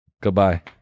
Goodbye